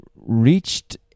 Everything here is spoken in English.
reached